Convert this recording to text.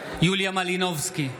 בעד יוליה מלינובסקי,